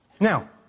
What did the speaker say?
Now